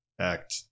act